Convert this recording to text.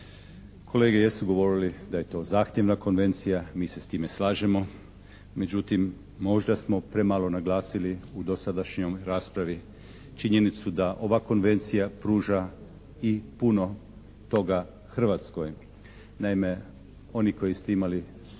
Kolege jesu govorili da je to zahtjevna Konvencija, mi se s time slažemo, međutim možda smo premalo naglasili u dosadašnjoj raspravi činjenicu da ova Konvencija pruža i puno toga Hrvatskoj. Naime, oni koji ste imali vremena